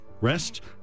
rest